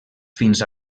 fins